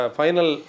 final